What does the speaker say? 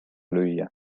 lüüa